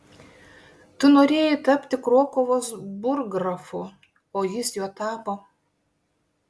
tu norėjai tapti krokuvos burggrafu o jis juo tapo